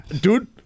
Dude